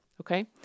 okay